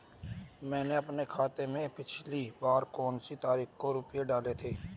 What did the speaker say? मैंने अपने खाते में पिछली बार कौनसी तारीख को रुपये डाले थे?